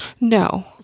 No